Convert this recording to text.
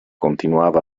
continuava